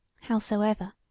Howsoever